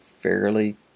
fairly